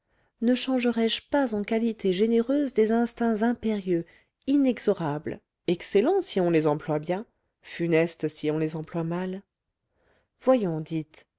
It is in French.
ne changerai je pas en qualités généreuses des instincts impérieux inexorables excellents si on les emploie bien funestes si on les emploie mal voyons dites